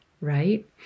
right